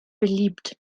beliebt